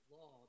Law